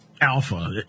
alpha